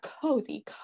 cozy